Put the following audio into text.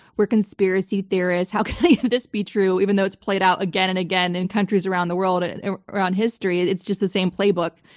we're conspiracy theorists, how could this be true though it's played out again and again in countries around the world and and around history? it's just the same playbook.